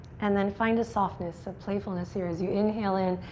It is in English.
and then find a softness, a playfulness here as you inhale in.